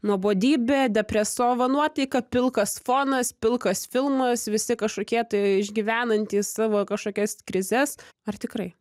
nuobodybė depresova nuotaika pilkas fonas pilkas filmas visi kažkokie tai išgyvenantys savo kažkokias krizes ar tikrai